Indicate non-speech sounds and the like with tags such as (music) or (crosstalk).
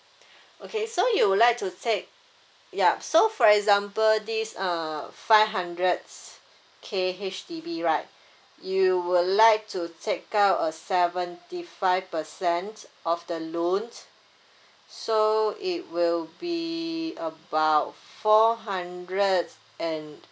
(breath) okay so you would like to take yup so for example this uh five hundreds K H_D_B right you would like to take out a seventy five percent of the loans so it will be about four hundreds and